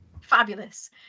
fabulous